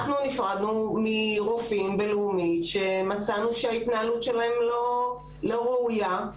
אנחנו נפרדנו מרופאים בלאומית שמצאנו שההתנהלות שלהם לא ראויה.